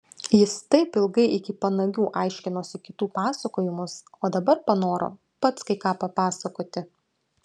jis taip ilgai iki panagių aiškinosi kitų pasakojimus o dabar panoro pats kai ką papasakoti